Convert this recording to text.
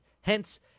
Hence